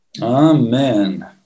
Amen